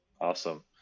awesome